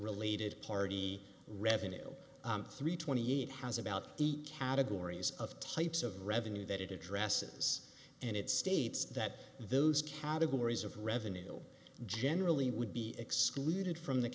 related party revenue three twenty eight has about eight categories of types of revenue that it addresses and it states that those categories of revenue generally would be excluded